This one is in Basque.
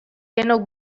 denok